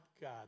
God